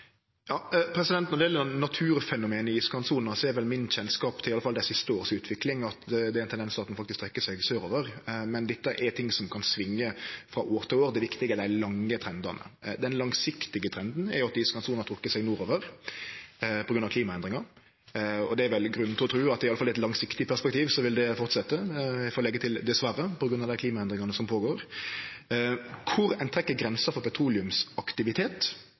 Når det gjeld naturfenomenet iskantsona, er min kjennskap til utviklinga, i alle fall i dei siste åra, at det er ein tendens til at ho trekkjer seg sørover. Men dette er ting som kan svinge frå år til år. Det viktige er dei lange trendane. Den langsiktige trenden er at iskantsona har trekt seg nordover på grunn av klimaendringar. Det er grunn til å tru, i alle fall i eit langsiktig perspektiv, at det vil forsetje. Eg får leggje til «dessverre», på grunn av dei klimaendringane som skjer. Kvar ein trekkjer grensa for petroleumsaktivitet,